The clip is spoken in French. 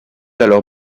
alors